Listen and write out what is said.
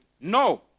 No